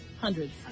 Hundreds